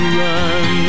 run